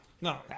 No